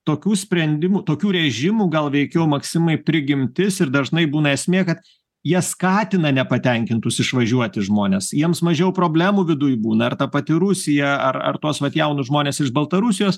tokių sprendimų tokių režimų gal veikiau maksimai prigimtis ir dažnai būna esmė kad jie skatina nepatenkintus išvažiuoti žmones jiems mažiau problemų viduj būna ar ta pati rusija ar ar tuos vat jaunus žmones iš baltarusijos